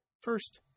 First